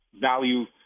value